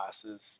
classes